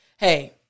Hey